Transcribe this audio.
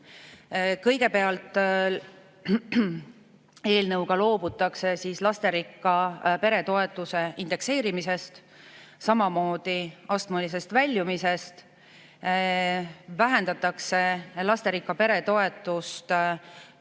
Kõigepealt, eelnõuga loobutakse lasterikka pere toetuse indekseerimisest, samamoodi astmelisest väljumisest, vähendatakse lasterikka pere toetust kolme